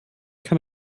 kann